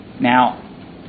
now